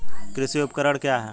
कृषि उपकरण क्या है?